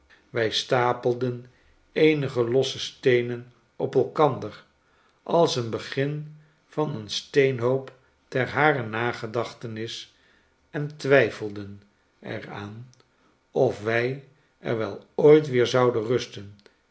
wij stapelden eenige losse steenen op elkander als een begin van een steenhoopter barer nagedachtenis en twijfelden er aan of wij er wel ooit weer zouden rust